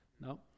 No